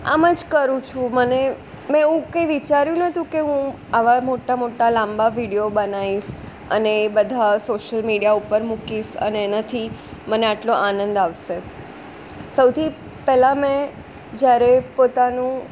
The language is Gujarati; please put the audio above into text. આમ જ કરું છું મને મેં એવું કંઇ વિચાર્યું નહોતું કે હું આવા મોટા મોટા લાંબા વિડીયો બનાવીશ અને એ બધા સોસ્યલ મીડિયા ઉપર મૂકીશ અને એનાથી મને આટલો આનંદ આવશે સૌથી પહેલાં મેં જ્યારે પોતાનું